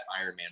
Ironman